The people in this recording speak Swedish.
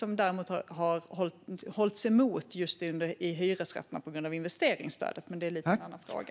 Investeringsstödet har hållit emot den, men det är lite av en annan fråga.